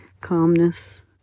calmness